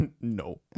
No